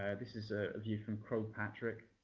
yeah this is a view from croagh patrick